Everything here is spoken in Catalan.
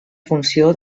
funció